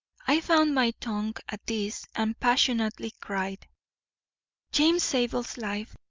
i found my tongue at this and passionately cried james zabel's life,